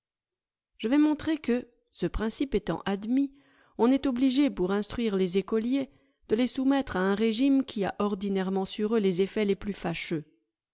je vais montrer que ce principe étant admis on est obligé pour instruire les écoliers de les soumettre à un régime qui a ordinairement sur eux les effets les plus fâcheux